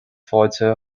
fáilte